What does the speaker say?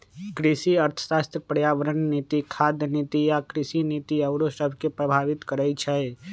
कृषि अर्थशास्त्र पर्यावरण नीति, खाद्य नीति आ कृषि नीति आउरो सभके प्रभावित करइ छै